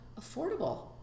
affordable